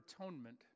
atonement